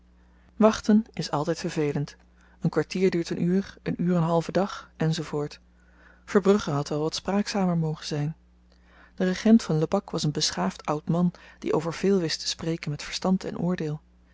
wachten is altyd vervelend een kwartier duurt een uur een uur een halven dag en zoo voort verbrugge had wel wat spraakzamer mogen zyn de regent van lebak was een beschaafd oud man die over veel wist te spreken met verstand en oordeel